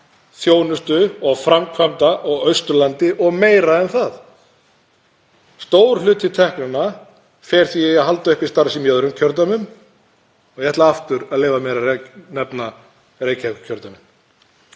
þjónustu og framkvæmda á Austurlandi og meira en það. Stór hluti teknanna fer því í að halda uppi starfsemi í öðrum kjördæmum og ég ætla aftur að leyfa mér að nefna Reykjavíkurkjördæmin.